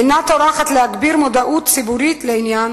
אינה טורחת להגביר מודעות ציבורית לעניין